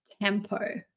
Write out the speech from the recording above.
tempo